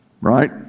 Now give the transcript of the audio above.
Right